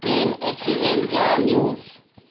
train accident जा news